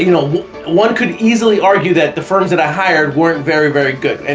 you know one could easily argue that the firm's that i hired weren't very very good, and